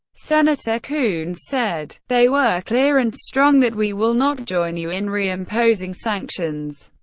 senator coons said they were clear and strong that we will not join you in re-imposing sanctions.